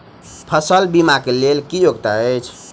फसल बीमा केँ लेल की योग्यता अछि?